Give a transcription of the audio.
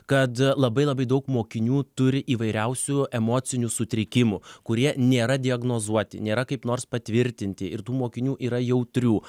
kad labai labai daug mokinių turi įvairiausių emocinių sutrikimų kurie nėra diagnozuoti nėra kaip nors patvirtinti ir tų mokinių yra jautrių